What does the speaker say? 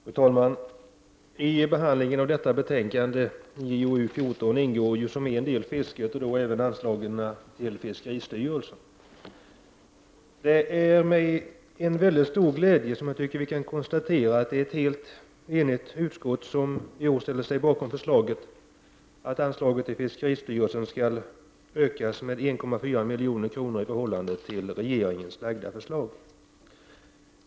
Fru talman! I behandlingen av detta betänkande, JoU14, ingår som en del fisket, och då även anslaget till fiskeristyrelsen. Det är med mycket stor glädje vi kan konstatera att ett helt enigt utskott står bakom förslaget att anslaget till fiskeristyrelsen skall höjas med 1,4 milj.kr. i förhållande till regeringens förslag.